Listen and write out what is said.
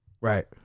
Right